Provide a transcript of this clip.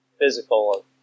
physical